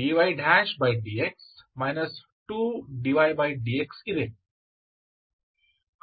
dydx 2dydx ಇದೆ